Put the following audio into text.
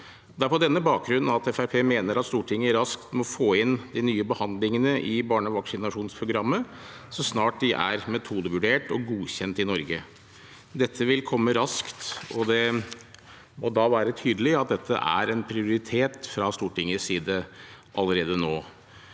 Det er på denne bakgrunn Fremskrittspartiet mener at Stortinget raskt må få inn de nye behandlingene i barnevaksinasjonsprogrammet så snart de er metodevurdert og godkjent i Norge. Dette vil komme raskt, og det må da være tydelig allerede nå at det er en prioritet fra Stortingets side. Derfor har